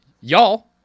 y'all